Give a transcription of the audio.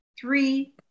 three